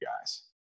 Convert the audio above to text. guys